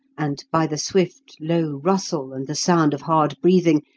and by the swift, low rustle and the sound of hard breathing,